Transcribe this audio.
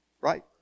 right